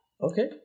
Okay